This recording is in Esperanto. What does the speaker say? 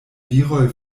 viroj